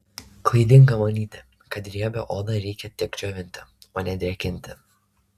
klaidinga manyti kad riebią odą reikia tik džiovinti o ne drėkinti